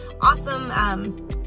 awesome